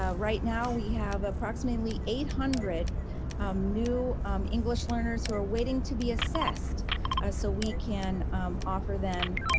ah right now we have approximately eight hundred new english learners who are waiting to be assessed so we can offer them